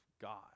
God